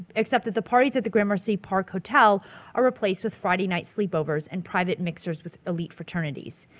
except that the parties at the gramercy park hotel are replaced with friday night sleepovers and private mixers with elite fraternities.